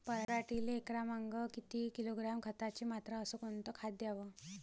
पराटीले एकरामागं किती किलोग्रॅम खताची मात्रा अस कोतं खात द्याव?